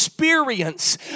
Experience